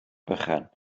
bychan